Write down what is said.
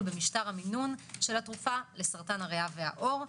במשטר המינון של התרופה לסרטן הריאה והעור.